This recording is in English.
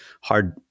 hard